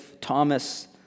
Thomas